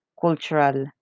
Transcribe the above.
cultural